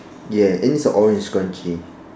ya and it's an orange scrunchy